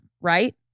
right